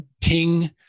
ping